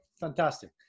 Fantastic